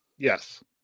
Yes